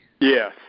Yes